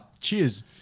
cheers